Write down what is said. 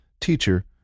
teacher